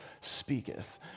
speaketh